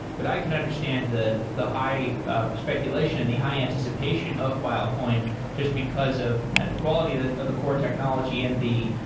but i can understand the the high ah speculation and the high anticipation of filecoin, just because of the quality of the core technology and the,